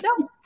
No